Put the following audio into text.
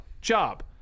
job